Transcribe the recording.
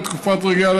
בתקופת רגיעה,